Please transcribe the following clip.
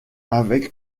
avec